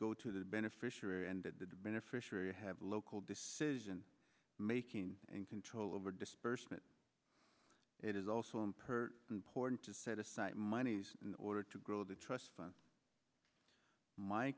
go to the beneficiary and the beneficiary have local decision making and control over disbursement it is also in perth important to set aside monies in order to grow the trust fund my